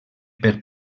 per